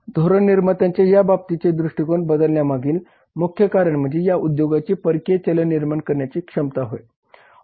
धोरण निर्मात्यांचे या बाबतचे दृष्टिकोन बदलण्यामागील मुख्य कारण म्हणजे या उद्योगाची परकीय चलन निर्माण करण्याची क्षमता होय